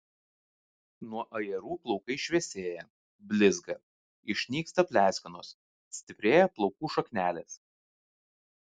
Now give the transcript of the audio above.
nuo ajerų plaukai šviesėja blizga išnyksta pleiskanos stiprėja plaukų šaknelės